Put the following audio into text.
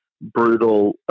brutal